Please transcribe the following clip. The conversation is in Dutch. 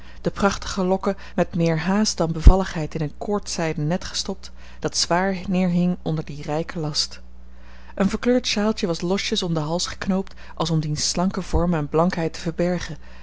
de prachtige lokken met meer haast dan bevalligheid in een koordzijden net gestopt dat zwaar neerhing onder dien rijken last een verkleurd sjaaltje was losjes om den hals geknoopt als om diens slanken vorm en blankheid te verbergen